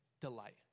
delight